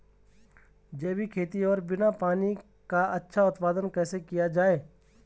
जैविक खेती और बिना पानी का अच्छा उत्पादन कैसे किया जाए?